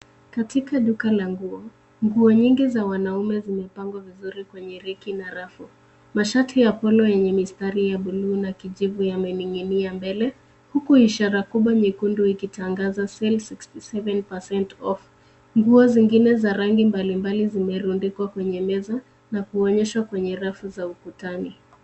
Katika duka la nguo, nguo nyingi za wanaume zimepangwa vizuri kwenye reki na rafu mashati ya polo yenye mistari ya buluu na kijivu yameninginia mbele huku ishara kubwa nyekundu ikitangaza sale 67% off. Nguo zingine za rangi mbalimbali zimerundikwa kwenye meza na kuonyeshwa kwenye rafu za ukutani.